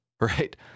right